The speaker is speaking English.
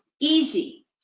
easy